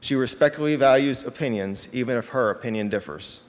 she respectfully values opinions even of her opinion differs